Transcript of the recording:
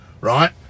Right